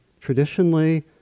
traditionally